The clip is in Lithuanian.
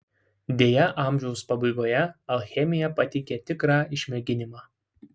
deja amžiaus pabaigoje alchemija pateikė tikrą išmėginimą